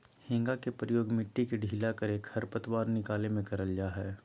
हेंगा के प्रयोग मिट्टी के ढीला करे, खरपतवार निकाले में करल जा हइ